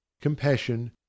compassion